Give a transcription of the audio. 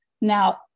now